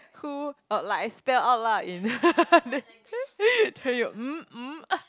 who uh like I spell out lah in then then you um um